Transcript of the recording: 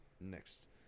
next